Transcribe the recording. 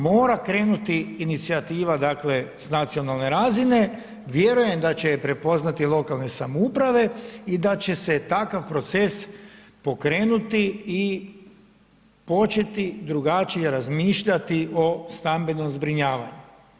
Mora krenuti inicijativa dakle s nacionalne razine, vjerujem da će je prepoznati lokalne samouprave i da će se takav proces pokrenuti i početi drugačije razmišljati o stambenom zbrinjavanju.